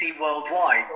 Worldwide